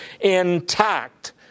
intact